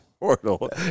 portal